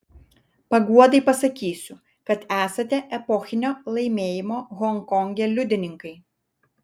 paguodai pasakysiu kad esate epochinio laimėjimo honkonge liudininkai